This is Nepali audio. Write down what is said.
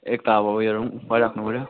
एक त अब उयोहरू भइराख्नु पर्यो